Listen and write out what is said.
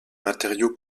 matériaux